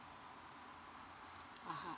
oh oh